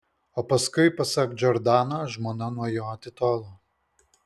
o paskui pasak džordano žmona nuo jo atitolo